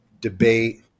debate